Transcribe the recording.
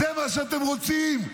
זה מה שאתם רוצים?